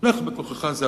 לך בכוחך זה,